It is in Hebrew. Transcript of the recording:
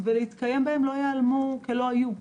לא ייעלמו כלא היו.